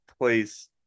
please